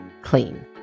clean